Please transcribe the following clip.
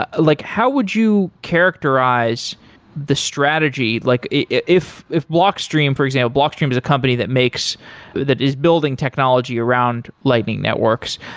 ah like how would you characterize the strategy like if if blockstream, for example, blockstream is a company that makes that is building technology around lightning networks,